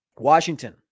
Washington